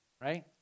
right